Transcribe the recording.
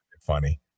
funny